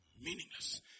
Meaningless